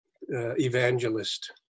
evangelist